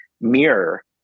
mirror